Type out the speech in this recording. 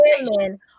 women